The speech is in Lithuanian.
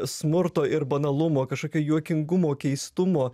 smurto ir banalumo kažkokio juokingumo keistumo